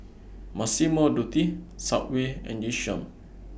Massimo Dutti Subway and Yishion